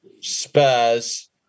Spurs